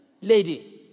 lady